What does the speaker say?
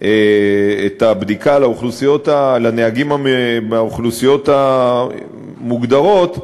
את הבדיקה של נהגים מהאוכלוסיות המוגדרות,